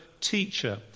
teacher